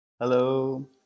Hello